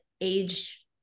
age